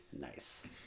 nice